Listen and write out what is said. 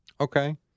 Okay